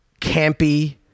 campy